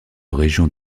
région